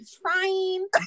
trying